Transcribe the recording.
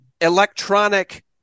electronic